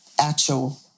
actual